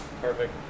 Perfect